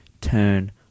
turn